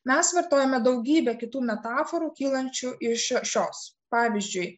mes vartojame daugybę kitų metaforų kylančių iš šios pavyzdžiui